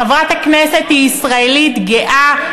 חברת הכנסת היא ישראלית גאה,